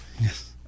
Yes